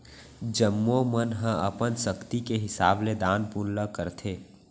जम्मो मन ह अपन सक्ति के हिसाब ले दान पून ल करथे